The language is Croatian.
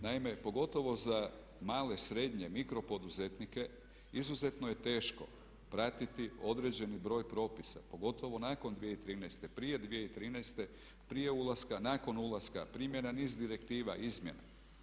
Naime, pogotovo za male, srednje, mikro poduzetnike izuzetno je teško pratiti određeni broj propisa pogotovo nakon 2013., prije 2013., prije ulaska, nakon ulaska, primjena niz direktiva, izmjena.